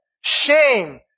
Shame